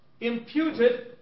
imputed